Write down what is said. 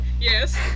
Yes